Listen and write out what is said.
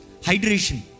Hydration